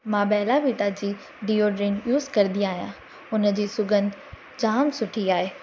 मां बेलाविटा जी deodorant use कंदी आहियां उनजी सुॻंध जामु सुठी आहे